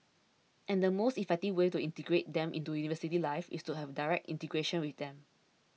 and the most effective way to integrate them into university life is to have direct integration with them